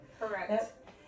Correct